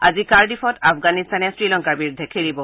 আজি কাৰ্ডিফত আফগানিস্তানে শ্ৰীলংকাৰ বিৰুদ্ধে খেলিব